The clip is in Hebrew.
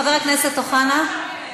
חבר הכנסת אוחנה?